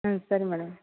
ம் சரி மேடம்